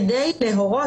כדי להורות,